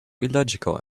illogical